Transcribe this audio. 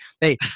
hey